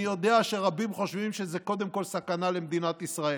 אני יודע שרבים חושבים שזה קודם כול סכנה למדינת ישראל.